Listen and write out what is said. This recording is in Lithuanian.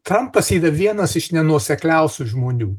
trampas yra vienas iš nenuosekliausių žmonių